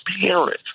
parents